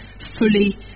fully